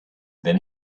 then